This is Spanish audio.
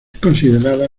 considerada